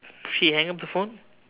she hang up the phone